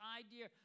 idea